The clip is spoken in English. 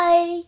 Bye